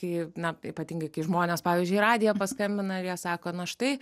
kai na ypatingai kai žmonės pavyzdžiui į radiją paskambina ir jie sako na štai